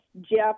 Jeff